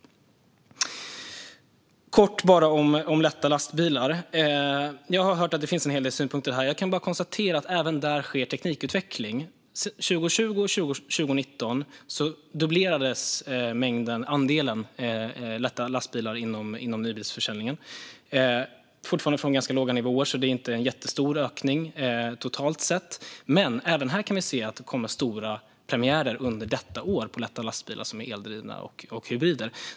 Låt mig kort säga något om lätta lastbilar. Jag har hört att det finns en hel del synpunkter om detta. Jag kan bara konstatera att även här sker teknikutveckling. Åren 2020 och 2019 dubblerades andelen lätta lastbilar inom nybilsförsäljningen. Det är fortfarande från ganska låga nivåer, så det är inte en jättestor ökning totalt sett. Men även här kan vi se att det under året kommer stora premiärer på lätta lastbilar som är eldrivna och hybrider.